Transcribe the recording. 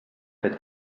fet